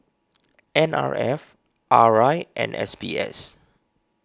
N R F R I and S B S